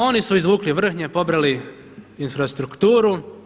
Oni su izvukli vrhnje, pobrali infrastrukturu.